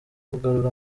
kugarura